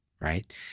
right